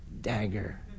dagger